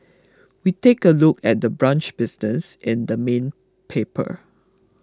we take a look at the brunch business in the main paper